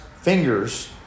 fingers